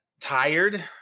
tired